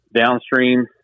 downstream